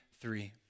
three